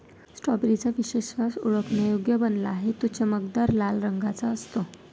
strawberry चा विशेष वास ओळखण्यायोग्य बनला आहे, तो चमकदार लाल रंगाचा असतो